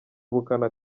ubukana